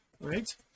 right